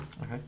Okay